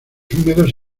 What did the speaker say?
húmedos